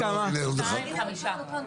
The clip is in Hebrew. שניים וחמישה.